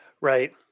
Right